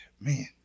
man